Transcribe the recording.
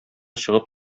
чыгып